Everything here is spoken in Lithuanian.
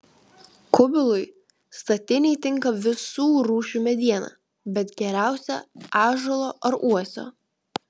kubilui statinei tinka visų rūšių mediena bet geriausia ąžuolo ar uosio